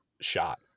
shot